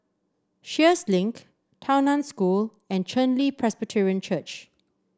Sheares Link Tao Nan School and Chen Li Presbyterian Church